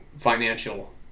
financial